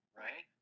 right